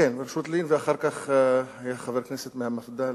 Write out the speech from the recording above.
כן, בראשות לין, ואחר כך היה חבר כנסת מהמפד"ל.